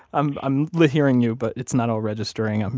i'm i'm hearing you, but it's not all registering. and